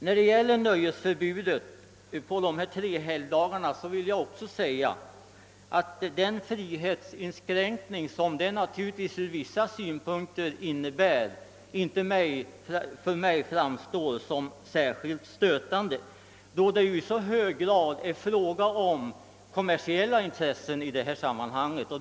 Jag vill också säga att den frihetsinskränkning, som nöjesförbudet på de tre helgdagarna naturligtvis innebär ur vissa synpunkter, för mig inte framstår som särskilt stötande, då det ju i så hög grad är fråga om kommersiella intressen i sammanhanget.